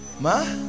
ma